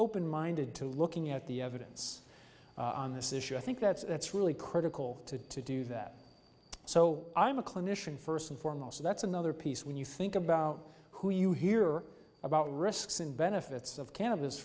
open minded to looking at the evidence on this issue i think that that's really critical to do that so i'm a clinician first and foremost so that's another piece when you think about who you hear about risks and benefits of can